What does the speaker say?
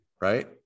right